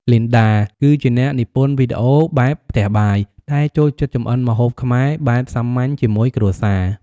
លីនដា គឺជាអ្នកនិពន្ធវីដេអូបែបផ្ទះបាយ ដែលចូលចិត្តចម្អិនម្ហូបខ្មែរបែបសាមញ្ញជាមួយគ្រួសារ។